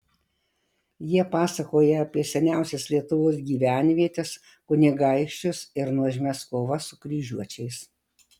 jie pasakoja apie seniausias lietuvos gyvenvietes kunigaikščius ir nuožmias kovas su kryžiuočiais